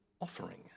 offering